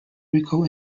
rico